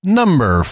number